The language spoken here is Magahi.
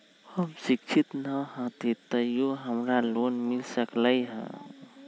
हम शिक्षित न हाति तयो हमरा लोन मिल सकलई ह?